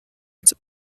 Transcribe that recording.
its